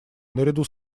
наряду